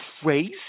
crazy